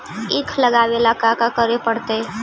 ईख लगावे ला का का करे पड़तैई?